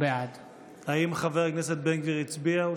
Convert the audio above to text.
בעד האם חבר הכנסת בן גביר הצביע?